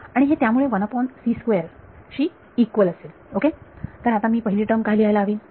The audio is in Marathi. आणि हे त्यामुळे शी इक्वल असेल ओके तर आता मी पहिली टर्म काय लिहायला हवी